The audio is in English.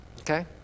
okay